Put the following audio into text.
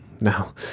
Now